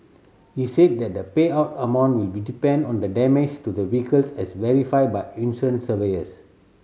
he said that the payout amount will be depend on the damage to the vehicles as verified by insurance surveyors